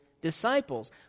disciples